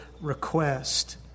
request